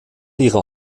ihrer